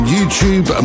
YouTube